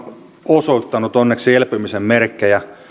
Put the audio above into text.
osoittanut onneksi elpymisen merkkejä